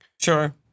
Sure